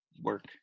work